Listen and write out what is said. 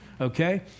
Okay